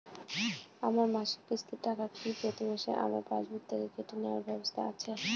আমার মাসিক কিস্তির টাকা কি প্রতিমাসে আমার পাসবুক থেকে কেটে নেবার ব্যবস্থা আছে?